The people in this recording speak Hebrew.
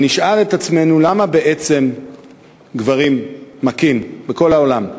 ונשאל את עצמנו למה בעצם גברים מכים בכל העולם.